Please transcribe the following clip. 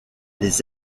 les